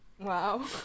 Wow